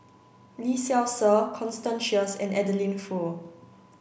Lee Seow Ser Constance Sheares and Adeline Foo